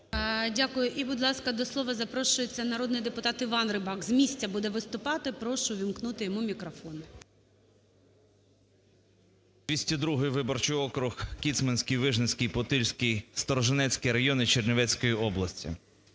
Дякую. І, будь ласка, до слова запрошується народний депутат Іван Рибак. З місця буде виступати. Прошу увімкнути йому мікрофон.